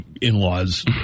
in-laws